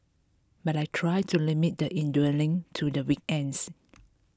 but I try to limit the indulging to the weekends